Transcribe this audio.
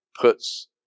puts